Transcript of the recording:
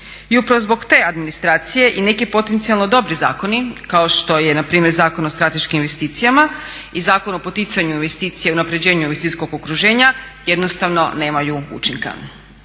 I upravo zbog te administracije i neki potencijalno dobri zakoni kao što je npr. Zakon o strateškim investicijama i Zakon o poticanju investicija i unapređenju investicijskog okruženja jednostavno nemaju učinka.